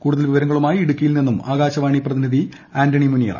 കൂടുതൽ വിവരങ്ങളുമായി ഇടുക്കിയിൽ നിന്നും ആകാശവാണി പ്രതിനിധി ആന്റണി മുനിയറ